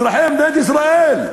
אזרחי מדינת ישראל.